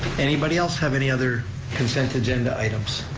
anybody else have any other consent agenda items?